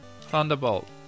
Thunderbolt